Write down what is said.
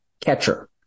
catcher